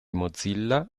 mozilla